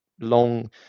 long